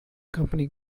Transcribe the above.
company